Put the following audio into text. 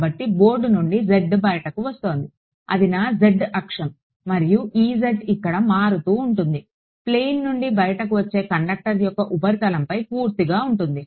కాబట్టి బోర్డు నుండి z బయటకు వస్తోంది అది నా z అక్షం మరియు ఇక్కడ మారుతూ ఉంటుంది ప్లేన్ నుండి బయటకు వచ్చే కండక్టర్ యొక్క ఉపరితలంపై పూర్తిగా ఉంటుంది